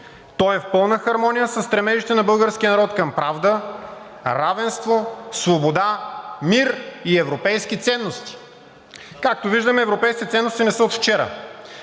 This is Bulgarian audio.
то е в пълна хармония със стремежите на българския народ към правда, равенство, свобода, мир и европейски ценности.“ Както виждаме, европейските ценности не са от вчера.